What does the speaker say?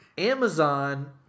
Amazon